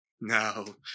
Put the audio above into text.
no